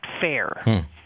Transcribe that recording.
fair